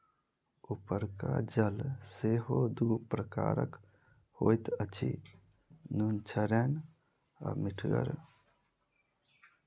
उपरका जल सेहो दू प्रकारक होइत अछि, नुनछड़ैन आ मीठगर